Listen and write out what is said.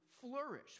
flourish